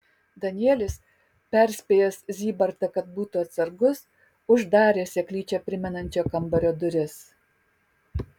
danielis perspėjęs zybartą kad būtų atsargus uždarė seklyčią primenančio kambario duris